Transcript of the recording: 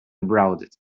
abroad